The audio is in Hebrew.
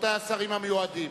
רבותי השרים המיועדים,